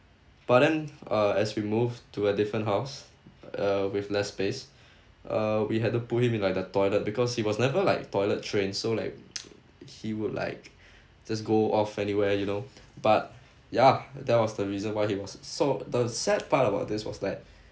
but then uh as we moved to a different house uh with less space uh we had to put him in like the toilet because he was never like toilet-trained so like he would like just go off anywhere you know but ya that was the reason why he was so the sad part about this was that